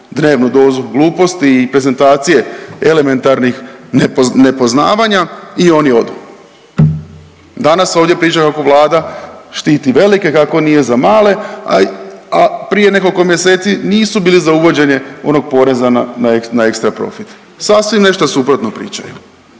dnevnu dozu gluposti i prezentacije elementarnih nepoznavanja i oni odu. Danas ovdje pričaju kako Vlada štiti velike, kako nije za male, a, a prije nekoliko mjeseci nisu bili za uvođenje onog poreza na, na ekstra profit, sasvim nešto suprotno pričaju